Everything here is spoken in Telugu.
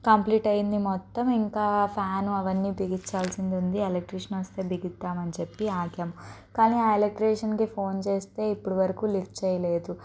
కంప్లీట్ అయ్యింది మొత్తం ఇంకా ఫ్యాన్ అవన్నీ బిగిచ్చాల్సి ఉంది ఎలెక్ట్రీషియన్ వస్తే బిగిద్దామని చెప్పి ఆగాం కానీ ఆ ఎలక్ట్రీషియన్కు ఫోన్ చేస్తే ఇప్పటి వరకూ లిఫ్ట్ చేయలేదు